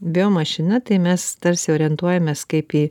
biomašina tai mes tarsi orientuojamės kaip į